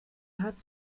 hat